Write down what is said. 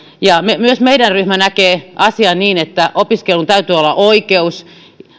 myös meidän ryhmämme näkee asian niin että opiskelun täytyy olla oikeus